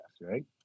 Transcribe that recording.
right